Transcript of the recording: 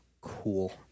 Cool